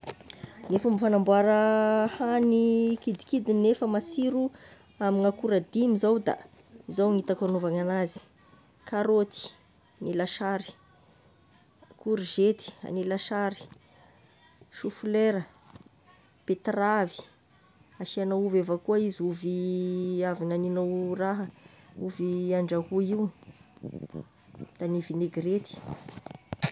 Ny fomba fagnamboara hagny kidikidigny nefa masiro amign'akora dimy zao da zao no gn'hitako agnaovagny anazy: karaoty ny lasary, korizety ny lasary, soflera, betteravy, asiagnao ovy avy akao izy, ovy avy gnagninao raha ovy andrahoy io da hagny vinaigrety.